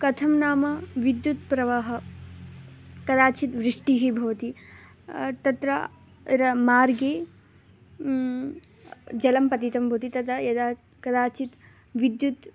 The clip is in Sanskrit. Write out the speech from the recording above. कथं नाम विद्युत्प्रवाहः कदाचित् वृष्टिः भवति तत्र र मार्गे जलं पतितं भवति तदा यदा कदाचित् विद्युत्